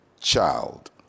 child